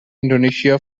indonesia